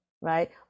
Right